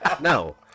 no